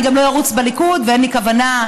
אני גם לא ארוץ בליכוד ואין לי כוונה.